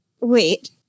wait